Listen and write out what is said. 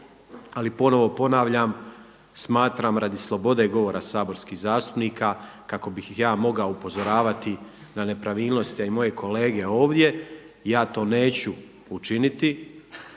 ali ponovo ponavljam smatram radi slobode govora saborskih zastupnika kako bih ja mogao upozoravati na nepravilnosti a i moje kolege ovdje ja to neću učiniti.